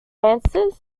answers